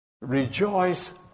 rejoice